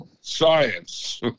science